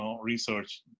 research